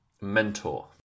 mentor